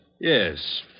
Yes